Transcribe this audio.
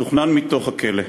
תוכנן מתוך הכלא,